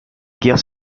guerre